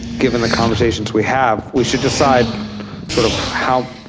given the conversations we have, we should decide sort of how,